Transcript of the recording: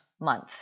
month